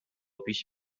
پیش